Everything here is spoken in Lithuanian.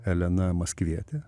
elena maskvietė